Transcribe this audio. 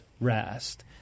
rest